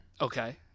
Okay